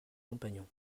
compagnons